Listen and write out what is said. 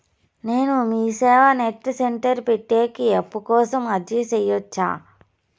నేను MeeSeva net centre పెట్టేకి అప్పు కోసం అర్జీ సేయొచ్చా?